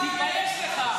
תתבייש לך.